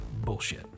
bullshit